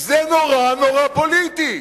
זה נורא נורא פוליטי.